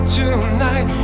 tonight